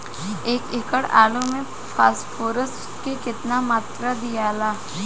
एक एकड़ आलू मे फास्फोरस के केतना मात्रा दियाला?